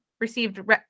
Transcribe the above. received